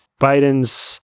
Biden's